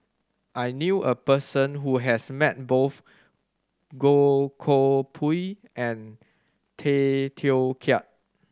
I knew a person who has met both Goh Koh Pui and Tay Teow Kiat